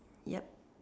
yup